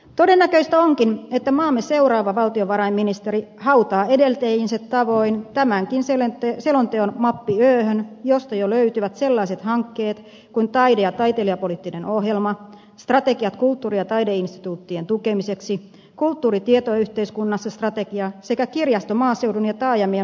todennäköistä onkin että maamme seuraava valtiovarainministeri hautaa edeltäjiensä tavoin tämänkin selonteon mappi öhön josta jo löytyvät sellaiset hankkeet kuin taide ja taiteilijapoliittinen ohjelma strategiset linjaukset kulttuuri ja taideinstituuttien tukemiselle kulttuuri tietoyhteiskunnassa strategia sekä kirjasto maaseudun ja taajamien monipalvelukeskuksena ohjelma